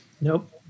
Nope